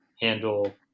handle